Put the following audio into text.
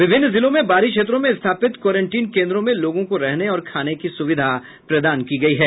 विभिन्न जिलों में बाहरी क्षेत्रों में स्थापित क्वारेंटिन केन्द्रों में लोगों को रहने और खाने की सुविधा प्रदान की गयी है